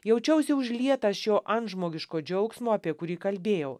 jaučiausi užlietas šio antžmogiško džiaugsmo apie kurį kalbėjau